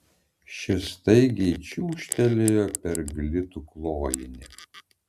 ši staigiai čiūžtelėjo per glitų klojinį